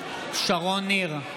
שרון ניר,